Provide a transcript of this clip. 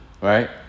right